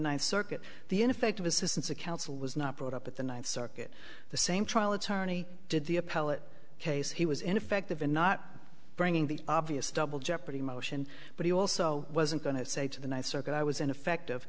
ninth circuit the ineffective assistance of counsel was not brought up at the ninth circuit the same trial attorney did the appellate case he was ineffective in not bringing the obvious double jeopardy motion but he also wasn't going to say to the ninth circuit i was ineffect